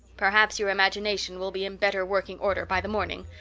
perhaps your imagination will be in better working order by the morning,